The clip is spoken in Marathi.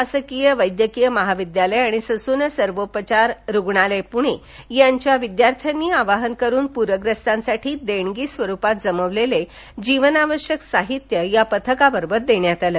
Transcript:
शासकीय वैद्यकीय महाविद्यालय व ससून सर्वोपचार रुग्णालय पुणे च्या विद्यार्थ्यांनी आवाहन करून प्ररग्रस्तांसाठी देणगी स्वरूपात जमवलेले जीवनावश्यक साहित्य या पथकाबरोबर देण्यात आले